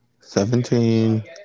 Seventeen